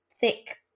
thick